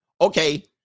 Okay